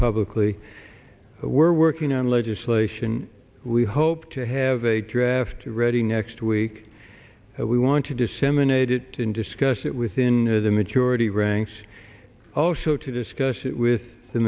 publicly we're working on legislation we hope to have a draft ready next week we want to disseminate it and discuss it within the maturity ranks also to discuss it with the